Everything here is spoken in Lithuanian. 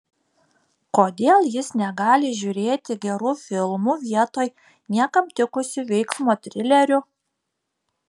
kodėl jis negali žiūrėti gerų filmų vietoj niekam tikusių veiksmo trilerių